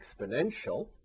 exponential